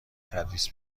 تدریس